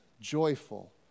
joyful